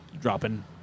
dropping